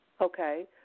Okay